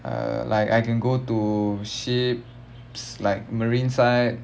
err like I can go to ships like marine side